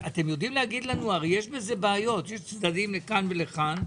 הרי, יש בזה בעיות; יש צדדים לכאן ולכאן.